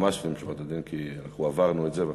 ממש לפנים משורת הדין, כי אנחנו עברנו את זה.